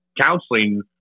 counseling